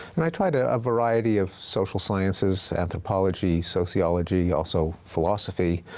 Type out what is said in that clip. and i tried a variety of social sciences, anthropology, sociology, also philosophy,